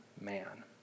man